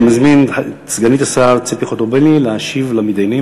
אני מזמין את סגנית השר ציפי חוטובלי להשיב למתדיינים.